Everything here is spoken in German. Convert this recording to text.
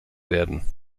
werden